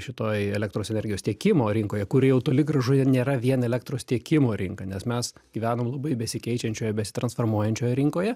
šitoj elektros energijos tiekimo rinkoje kuri jau toli gražu nėra vien elektros tiekimo rinka nes mes gyvenam labai besikeičiančioje besitransformuojančioj rinkoje